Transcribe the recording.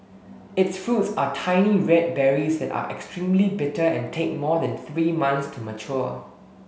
its fruits are tiny red berries that are extremely bitter and take more than three months to mature